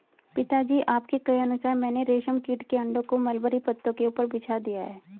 पिताजी आपके कहे अनुसार मैंने रेशम कीट के अंडों को मलबरी पत्तों के ऊपर बिछा दिया है